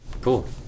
Cool